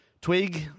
Twig